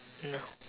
mm